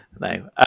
No